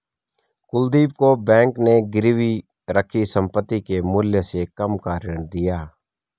कुलदीप को बैंक ने गिरवी रखी संपत्ति के मूल्य से कम का ऋण दिया